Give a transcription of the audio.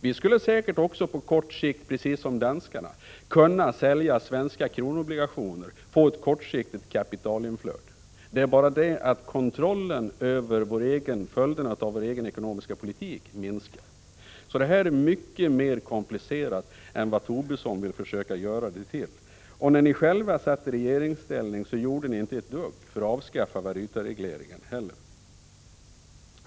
Vi skulle säkert också på kort sikt, precis som danskarna, kunna sälja svenska kronoobligationer och få ett kortsiktigt kapitalinflöde. Det är bara det att kontrollen över följderna av vår egen ekonomiska politik minskar. Det här är mycket mer komplicerat än vad Lars Tobisson vill försöka göra det till. När ni själva satt i regeringsställning gjorde ni inte ett dugg för att avskaffa valutaregleringen.